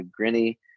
Grinny